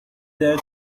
there